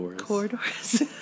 Corridors